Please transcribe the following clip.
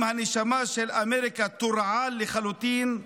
אם הנשמה של אמריקה תורעל לחלוטין,